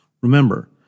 Remember